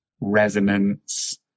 resonance